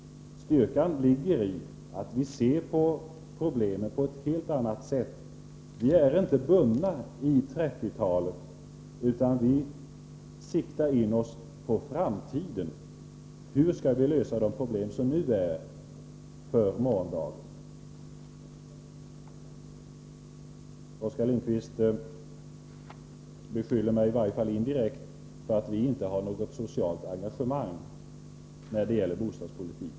Styrkan ligger i att vi ser på problemen på ett helt annat sätt. Vi är inte bundna i 1930-talet, utan vi siktar in oss på framtiden. Hur skall vi lösa de problem som nu är, för morgondagen? Oskar Lindkvist beskyller oss, i varje fall indirekt, för att inte ha något socialt engagemang när det gäller bostadspolitiken.